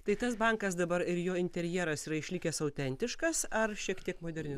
tai tas bankas dabar ir jo interjeras yra išlikęs autentiškas ar šiek tiek moderni